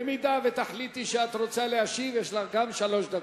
אם תחליטי שאת רוצה להשיב, יש לך גם שלוש דקות.